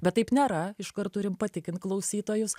bet taip nėra iškart turim patikint klausytojus